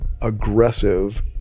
aggressive